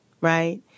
right